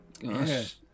Yes